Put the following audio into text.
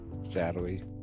Sadly